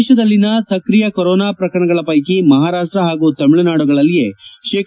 ದೇಶದಲ್ಲಿನ ಸಕ್ರಿಯ ಕೊರೊನಾ ಪ್ರಕರಣಗಳ ಪೈಕಿ ಮಹಾರಾಷ್ಟ ಹಾಗೂ ತಮಿಳುನಾಡುಗಳಲ್ಲಿಯೇ ಶೇ